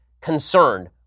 concerned